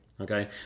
Okay